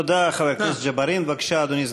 תודה, חבר הכנסת ג'בארין.